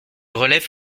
relève